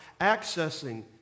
accessing